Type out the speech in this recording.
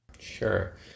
Sure